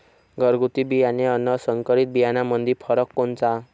घरगुती बियाणे अन संकरीत बियाणामंदी फरक कोनचा?